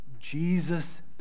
Jesus